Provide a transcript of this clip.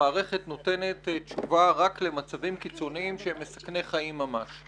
המערכת נותנת תשובה רק למצבים קיצוניים שהם מסכני חיים ממש.